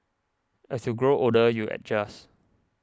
as you grow older you adjust